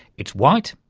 it's white,